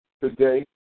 today